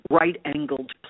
right-angled